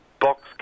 box